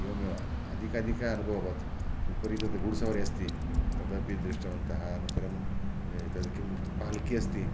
एवमेव अधिकाधिकानुभवः अभवत् उपरि तु गूड्सवारि अस्ति तदपि दृष्टवन्तः अनन्तरं एतद् किं पालकि अस्ति